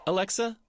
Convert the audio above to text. Alexa